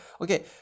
okay